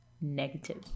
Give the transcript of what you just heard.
negative